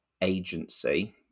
agency